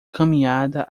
caminhada